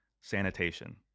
sanitation